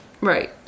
Right